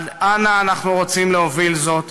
עד אנה אנו רוצים להוביל זאת?